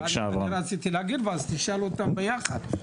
רציתי להמשיך ואז תשאל אותם ביחד.